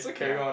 ya